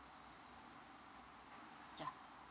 ya